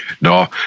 No